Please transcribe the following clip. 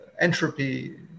entropy